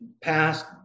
passed